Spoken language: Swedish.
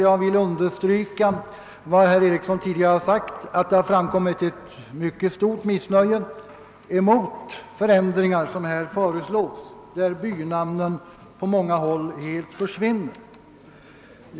Jag vill understryka vad herr Eriksson i Bäckmora tidigare har sagt, att det uppstått ett stort missnöje mot sådana förändringar som här föreslås och i samband med vilka bynamnen på många håll helt försvinner.